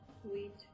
Sweet